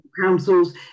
Councils